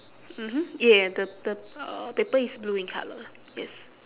mmhmm ya the the uh paper is blue in colour yes